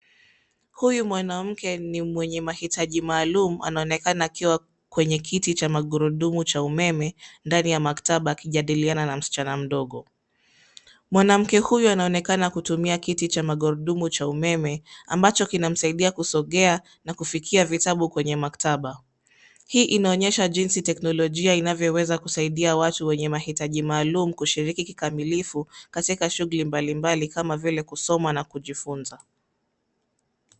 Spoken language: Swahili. Huyu mwanamke ni mwenye mahitaji maalum anaonekana akiwa kwenye kiti cha magurudumu cha umeme ndani ya maktaba akijadiliana na msichana mdogo. Mwanamke huyu anaonekana kutumia kiti cha magurudumu cha umeme ambacho kinamsaidia kusogea na kufikia vitabu kwenye maktaba. Hii inaonyesha jinsi teknolojia inavyoweza kusaidia watu wenye mahitaji maalum kushiriki kikamilifu katika shughuli mbalimbali kama vile kusoma na kujifunza.